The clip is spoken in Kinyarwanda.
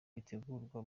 bitegurwa